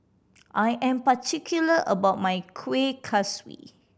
I am particular about my Kueh Kaswi